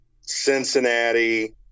Cincinnati